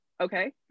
okay